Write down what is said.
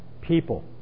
people